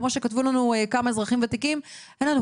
כמו שכתבו לנו כמה אזרחים ותיקים - אין לנו